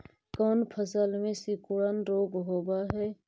कोन फ़सल में सिकुड़न रोग होब है?